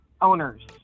owners